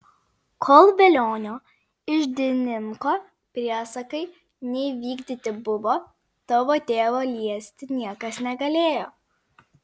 kol velionio iždininko priesakai neįvykdyti buvo tavo tėvo liesti niekas negalėjo